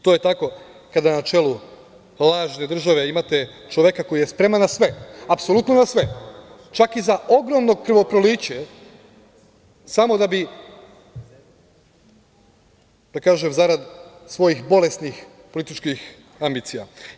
To je tako kada na čelu lažne države imate čoveka koji je spreman na sve, apsolutno na sve, čak i za ogromno krvoproliće samo da bi, da kažem, zarad svojih bolesnih političkih ambicija.